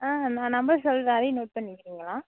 ஆ நான் நம்பர் சொல்கிறேன் அதையும் நோட் பண்ணிக்கிறிங்களா